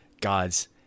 God's